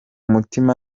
mutima